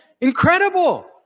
incredible